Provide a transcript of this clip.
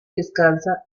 descansa